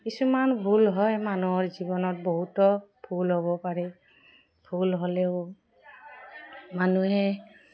কিছুমান ভুল হয় মানুহৰ জীৱনত বহুতো ভুল হ'ব পাৰে ভুল হ'লেও মানুহে